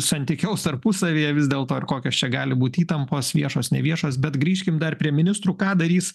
santykiaus tarpusavyje vis dėlto ir kokios čia gali būti įtampos viešos neviešos bet grįžkim dar prie ministrų ką darys